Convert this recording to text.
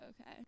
okay